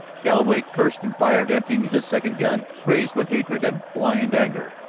galloway cursed and fired, emptying his second gun, crazed with hatred and blind anger.